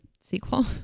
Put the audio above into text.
sequel